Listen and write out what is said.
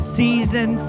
season